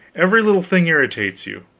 every little thing irritates you.